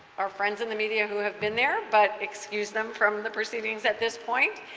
our friends in the media who have been there, but excuse them from the proceedings at this point.